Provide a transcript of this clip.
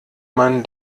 man